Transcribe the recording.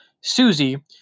Susie